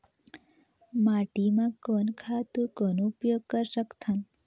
माटी म कोन खातु कौन उपयोग कर सकथन?